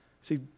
See